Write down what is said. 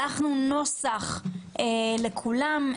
שלחנו נוסח לכולם,